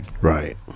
Right